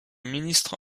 ministres